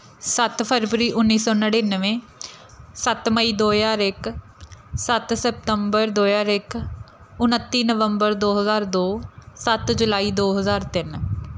ਸੱਤ ਫਰਵਰੀ ਉੱਨੀ ਸੌ ਨੜਿਨਵੇਂ ਸੱਤ ਮਈ ਦੋ ਹਜ਼ਾਰ ਇੱਕ ਸੱਤ ਸਪਤੰਬਰ ਦੋ ਹਜ਼ਾਰ ਇੱਕ ਉਨੱਤੀ ਨਵੰਬਰ ਦੋ ਹਜ਼ਾਰ ਦੋ ਸੱਤ ਜੁਲਾਈ ਦੋ ਹਜ਼ਾਰ ਤਿੰਨ